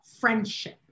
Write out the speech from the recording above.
friendship